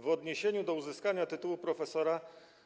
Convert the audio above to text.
W odniesieniu do uzyskania tytułu profesora